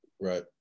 right